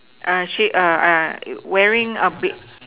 she wearing a